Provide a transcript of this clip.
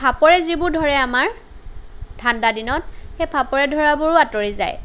ফাপৰে যিবোৰ ধৰে আমাৰ ঠাণ্ডা দিনত সেই ফাপৰে ধৰাবোৰো আঁতৰি যায়